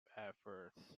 efforts